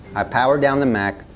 i powered down the mac